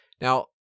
Now